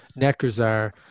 Necrozar